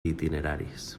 itineraris